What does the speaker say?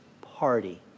party